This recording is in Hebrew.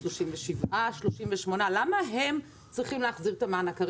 37%, 38% - למה הם צריכים להחזיר את המענק?